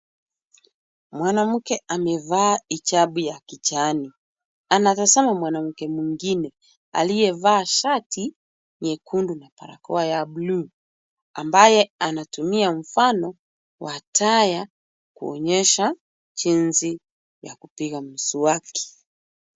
Mwanamke amevaa hijabu ya kijani anatazama mwanamke mwingine aliyevaa shati nyekundu na barakoa ya buluu ambaye anatumia mfano wa taya kuonyesha jinsi ya kupiga maswaki.